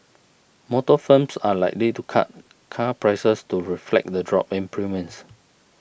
motor firms are likely to cut car prices to reflect the drop in premiums